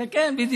כן, כן.